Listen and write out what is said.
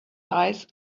eyes